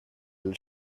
del